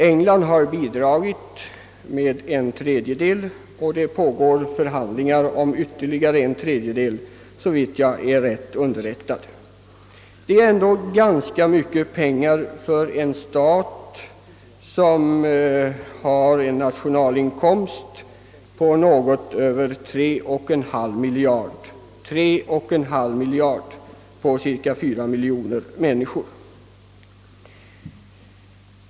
England har bidragit med en tredjedel, och det pågår, såvitt jag är rätt underrättad, förhandlingar om ytterligare en tredjedel, men det är ändå fråga om ganska mycket pengar för en stat, på cirka 4 miljoner människor, som har en nationalinkomst på något över 3,5 miljarder.